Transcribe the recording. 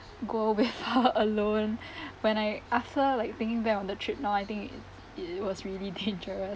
go with her alone when I after like thinking we're on the trip now I think it was really dangerous